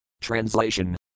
Translation